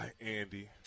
Andy